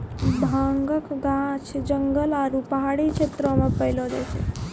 भांगक गाछ जंगल आरू पहाड़ी क्षेत्र मे पैलो जाय छै